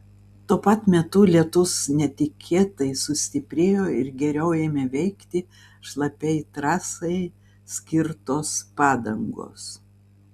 tuo pat metu lietus netikėtai sustiprėjo ir geriau ėmė veikti šlapiai trasai skirtos padangos